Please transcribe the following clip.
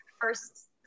first